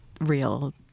real